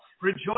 Rejoice